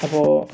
അപ്പോൾ